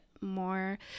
more